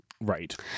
Right